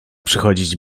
przychodzić